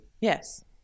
Yes